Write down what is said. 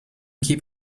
keep